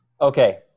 Okay